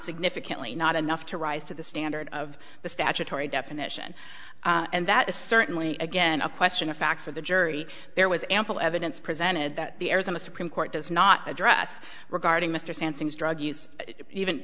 significantly not enough to rise to the standard of the statutory definition and that is certainly again a question of fact for the jury there was ample evidence presented that the arizona supreme court does not address regarding mr sanson is drug use even